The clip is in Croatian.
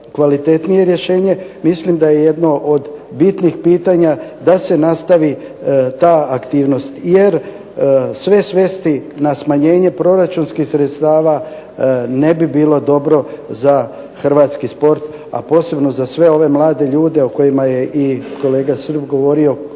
kvalitetnije rješenje mislim da je jedno od bitnih pitanja da se nastavi ta aktivnost. Jer sve svesti na smanjenje proračunskih sredstava ne bi bilo dobro za hrvatski sport, a posebno za sve ove mlade ljude o kojima je i kolega Srb govorio